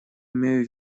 имею